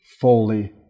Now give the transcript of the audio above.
fully